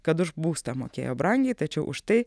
kad už būstą mokėjo brangiai tačiau už tai